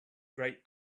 great